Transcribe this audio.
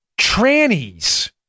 trannies